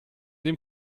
dem